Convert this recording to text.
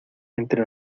entre